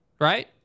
right